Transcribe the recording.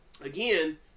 again